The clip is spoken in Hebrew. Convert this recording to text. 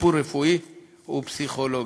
בטיפול רפואי ופסיכולוגי.